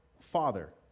father